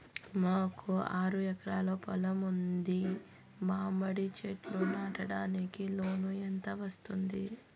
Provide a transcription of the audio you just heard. మాకు ఆరు ఎకరాలు పొలం ఉంది, మామిడి చెట్లు నాటడానికి లోను ఎంత వస్తుంది?